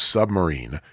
Submarine